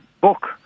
book